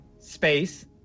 space